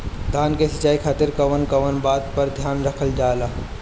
धान के सिंचाई खातिर कवन कवन बात पर ध्यान रखल जा ला?